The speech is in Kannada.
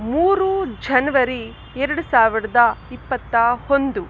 ಮೂರು ಝನ್ವರಿ ಎರಡು ಸಾವಿರದ ಇಪ್ಪತ್ತ ಒಂದು